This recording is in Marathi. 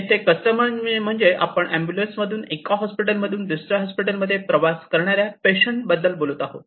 येथे कस्टमर म्हणजे आपण एम्बुलन्स मधून एका हॉस्पिटल मधून दुसऱ्या हॉस्पिटल मध्ये प्रवास करणाऱ्या पेशंटबद्दल बोलत आहोत